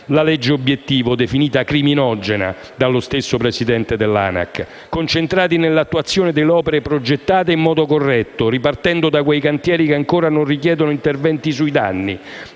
la legge obiettivo (definita criminogena dallo stesso Presidente dell'ANAC), concentrati nell'attuazione delle opere progettate in modo corretto, ripartendo da quei cantieri che ancora non richiedono interventi sui danni.